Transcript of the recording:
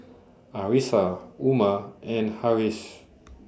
Arissa Umar and Harris